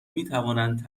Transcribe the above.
میتوانند